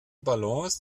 balance